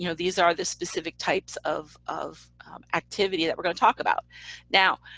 you know these are the specific types of of activity that we're going to talk about now,